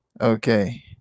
okay